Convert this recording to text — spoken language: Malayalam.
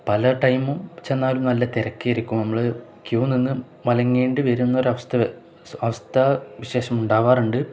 പല ടൈമും ചെന്നാലും നല്ല തിരക്കായിരിക്കും നമ്മള് ക്യൂ നിന്ന് മടങ്ങേണ്ടി വരുന്നൊരു അവസ്ഥ അവസ്ഥാ വിശേഷം ഉണ്ടാവാറുണ്ട്